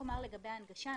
לגבי הנגשה,